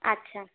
আচ্ছা